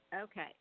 Okay